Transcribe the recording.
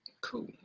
Cool